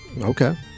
Okay